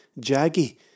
jaggy